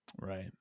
right